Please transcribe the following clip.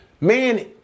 Man